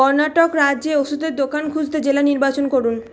কর্ণাটক রাজ্যে ওষুধের দোকান খুঁজতে জেলা নির্বাচন করুন